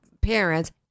parents